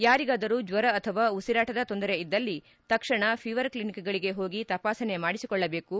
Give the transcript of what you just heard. ಯಾರಿಗಾದರೂ ಜ್ವರ ಅಥವಾ ಉಸಿರಾಟದ ತೊಂದರೆ ಇದ್ದಲ್ಲಿ ತಕ್ಷಣ ಫೀವರ್ ಕ್ಷೀನಿಕ್ಗಳಿಗೆ ಹೋಗಿ ತಪಾಸಣೆ ಮಾಡಿಸಿಕೊಳ್ಳಬೇಕು